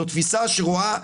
זו תפיסה שרואה צמיחה,